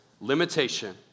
limitation